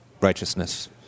righteousness